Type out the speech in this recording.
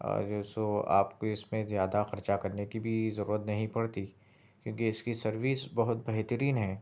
جو سو آپ کو اس میں زیادہ خرچہ کرنے کی بھی نہیں پڑتی کیونکہ اس کی سروس بہت بہترین ہے